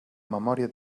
memòria